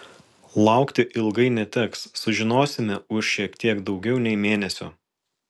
laukti ilgai neteks sužinosime už šiek tiek daugiau nei mėnesio